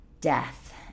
death